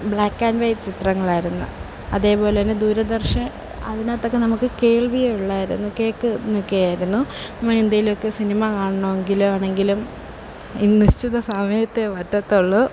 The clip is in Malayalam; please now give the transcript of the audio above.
ബ്ലാക്ക് ആൻ വൈറ്റ് ചിത്രങ്ങളായിരുന്നു അതേപോലെ തന്നെ ദൂരദർശൻ അതിനകത്തൊക്കെ നമുക്ക് കേൾവിയെ ഉള്ളായിരുന്നു കേൾക്കാനൊക്കെ ആയിരുന്നു നമ്മൾ എന്തെങ്കിലുമൊക്കെ സിനിമ കാണണമെങ്കിൽ ആണെങ്കിലും നിശ്ചിത സമയത്തെ പറ്റത്തുള്ളൂ